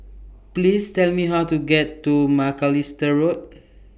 Please Tell Me How to get to Macalister Road